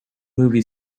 movie